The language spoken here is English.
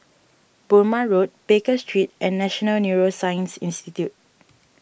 Burmah Road Baker Street and National Neuroscience Institute